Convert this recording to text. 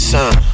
Son